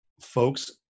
folks